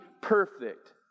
perfect